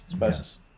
Yes